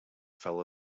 fell